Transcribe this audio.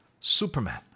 Superman